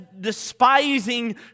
despising